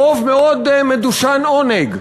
הרוב מאוד מדושן עונג,